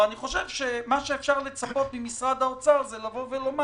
אבל מה שאפשר לצפות ממשרד האוצר זה לומר